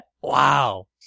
Wow